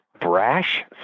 Brash